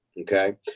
okay